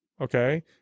Okay